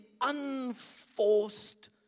unforced